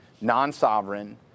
non-sovereign